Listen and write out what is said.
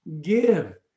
give